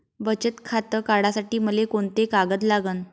बचत खातं काढासाठी मले कोंते कागद लागन?